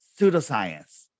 pseudoscience